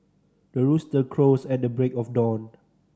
the rooster crows at the break of dawn